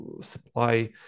supply